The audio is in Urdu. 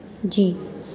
جی